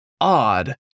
odd